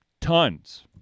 tons